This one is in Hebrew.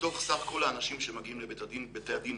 בתי הדין